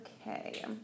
Okay